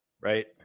right